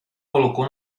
colocou